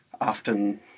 often